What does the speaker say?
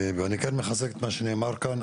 אני כן מחזק את מה שנאמר כאן,